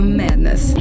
madness